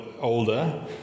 older